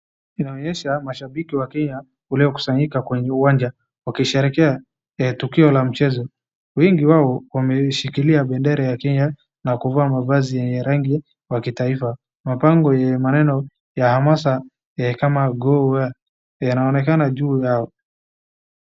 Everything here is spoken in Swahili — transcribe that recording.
Mashabiki wa Kenya waliokusanyika kwenye uwanja wakisherehekea tukio la mchezo, wengi wao wameshikilia bendera ya Kenya na kuvaa mavazi yenye marangi ya kitaifa. Mabango yenye maneno ya hamasa kama vile goal yanaonekana juu yao.